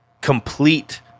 complete